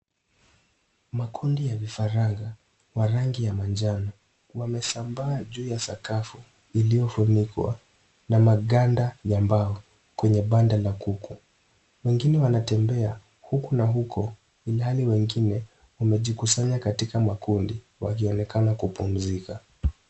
Makundi ya vifaranga wa rangi ya manjano wamesambaa juu ya sakafu iliyo funikwa na maganda ya mbao kwenye banda la kuku wengine wanatembea huku na huko ilhali wengine wamejukusanya katika makundi wakionekana kupumzika.